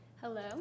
Hello